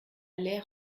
l’air